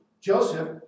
Joseph